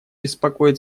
беспокоит